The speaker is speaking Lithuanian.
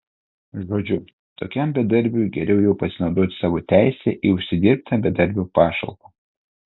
žodžiu tokiam bedarbiui geriau jau pasinaudoti savo teise į užsidirbtą bedarbio pašalpą